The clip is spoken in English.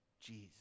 Jesus